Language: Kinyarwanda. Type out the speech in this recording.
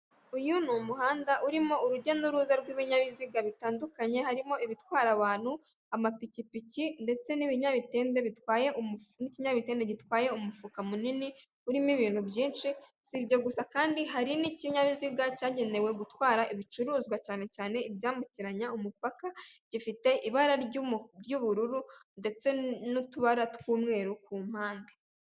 Uyu n’umuhanda urimo urujya n'uruza rw'ibinyabiziga bitandukanye harimo ibitwara abantu, amapikipiki ndetse n'ikinyabitende gitwaye umufuka munini urimo ibintu byinshi, s’ibyo gusa kandi hari n'ikinyabiziga cyagenewe gutwara ibicuruzwa cyane cyane ibyambukiranya umupaka gifite ibara' ry'ubururu ndetse n'utubara tw'umweru ku mpande.